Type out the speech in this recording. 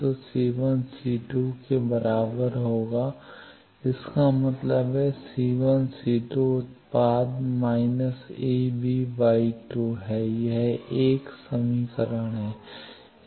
तो C2 C2 के बराबर होगा इसका मतलब है कि C1 C2 उत्पाद −ab 2 है यह 1 समीकरण है